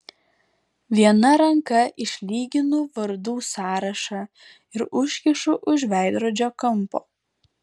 viena ranka išlyginu vardų sąrašą ir užkišu už veidrodžio kampo